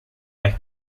vez